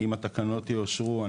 אם התקנות יאושרו,